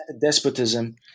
despotism